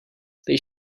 they